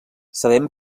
sabem